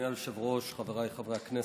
אדוני היושב-ראש, חבריי חברי הכנסת,